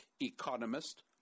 economist –